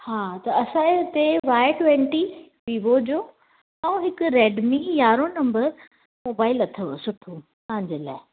हा त असां जे हिते वाइ ट्वेंटी वीवो जो ऐं हिकु रेडमी यांरहों नम्बर मोबाइल अथव सुठो तव्हां जे लाइ